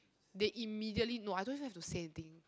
they immediately know I don't even have to say anything